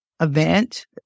event